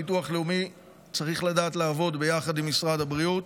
ביטוח לאומי צריך לדעת לעבוד יחד עם משרד הבריאות.